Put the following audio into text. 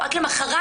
רק למוחרת,